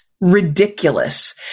Ridiculous